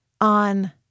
on